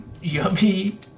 yummy